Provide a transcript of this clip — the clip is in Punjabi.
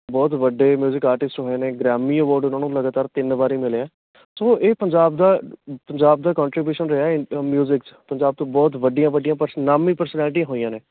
ਬਹੁਤ ਵੱਡੇ ਮਿਊਜ਼ਿਕ ਆਰਟਿਸਟ ਹੋਏ ਨੇ ਗਰਾਮੀ ਅਵੋਡ ਉਹਨਾਂ ਨੂੰ ਲਗਾਤਾਰ ਤਿੰਨ ਵਾਰੀ ਮਿਲਿਆ ਸੋ ਇਹ ਪੰਜਾਬ ਦਾ ਪੰਜਾਬ ਦਾ ਕੋਂਟਰੀਬਿਊਸ਼ਨ ਰਿਹਾ ਮਿਊਜ਼ਿਕ 'ਚ ਪੰਜਾਬ ਤੋਂ ਬਹੁਤ ਵੱਡੀਆਂ ਵੱਡੀਆਂ ਪਰਸ ਨਾਮੀ ਪਰਸਨੈਲਿਟੀ ਹੋਈਆ ਨੇ